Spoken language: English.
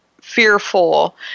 fearful